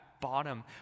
bottom